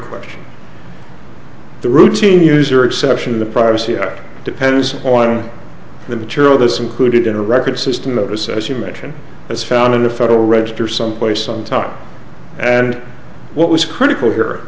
question the routine user exception in the privacy act depends on the material this included in a record system notice as you mention as found in a federal register someplace on time and what was critical here